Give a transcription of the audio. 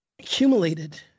accumulated